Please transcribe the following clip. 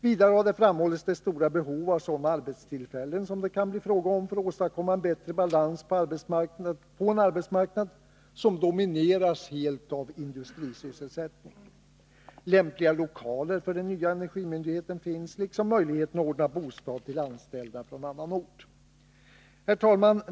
Vidare har framhållits det stora behovet av sådana arbetstillfällen som det kan bli fråga om för att åstadkomma en bättre balans på en arbetsmarknad som domineras helt av industrisysselsättning. Lämpliga lokaler för den nya energimyndigheten finns liksom möjligheten att ordna bostad för anställda från annan ort.